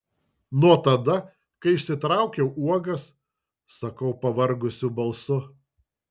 nuo tada kai išsitraukiau uogas sakau pavargusiu balsu